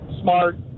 smart